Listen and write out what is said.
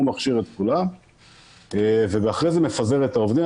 הוא מכשיר את כולם ואחרי זה מפזר את העובדים.